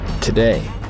Today